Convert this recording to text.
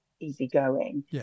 easygoing